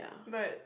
but